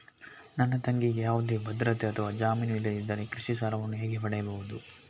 ನನ್ನ ತಂಗಿಗೆ ಯಾವುದೇ ಭದ್ರತೆ ಅಥವಾ ಜಾಮೀನು ಇಲ್ಲದಿದ್ದರೆ ಕೃಷಿ ಸಾಲವನ್ನು ಹೇಗೆ ಪಡೆಯುದು?